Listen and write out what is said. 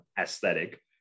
aesthetic